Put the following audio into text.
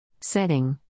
Setting